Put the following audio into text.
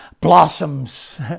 blossoms